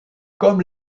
comme